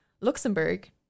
Luxembourg